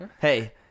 Hey